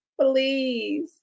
Please